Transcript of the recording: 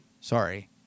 Sorry